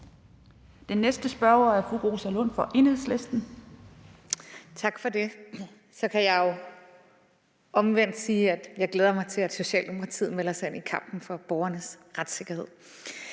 Den næste spørger er fru Rosa Lund fra Enhedslisten. Kl. 09:13 Rosa Lund (EL): Tak for det. Så kan jeg jo omvendt sige, at jeg glæder mig til, at Socialdemokratiet melder sig ind i kampen for borgernes retssikkerhed.